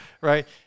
Right